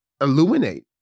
illuminate